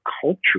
culture